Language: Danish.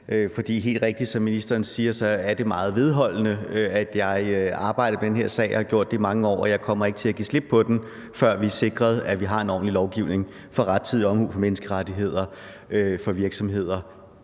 er det helt rigtigt, at det er meget vedholdende, at jeg arbejder på den her sag og har gjort det i mange år. Og jeg kommer ikke til at give slip på den, før vi er sikret, at vi har en ordentlig lovgivning om rettidig omhu og menneskerettigheder for virksomheder